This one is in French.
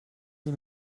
des